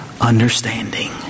Understanding